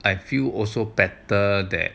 I feel also better that